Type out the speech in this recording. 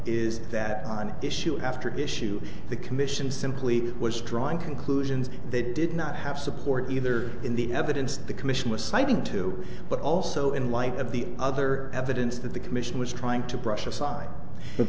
is that on issue after issue the commission simply was drawing conclusions they did not have support either in the evidence the commission was citing too but also in light of the other evidence that the commission was trying to brush aside